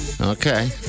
Okay